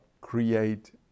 create